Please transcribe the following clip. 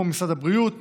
כמו משרד הבריאות,